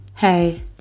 Hey